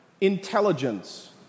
intelligence